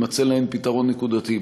יימצא להן פתרון נקודתי.